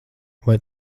vai